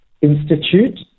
Institute